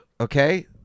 okay